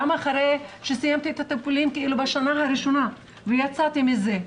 גם אחרי שסיימתי את הטיפולים בשנה הראשונה ויצאתי מזה,